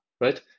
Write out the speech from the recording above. right